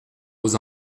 aux